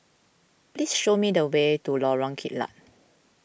please show me the way to Lorong Kilat